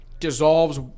dissolves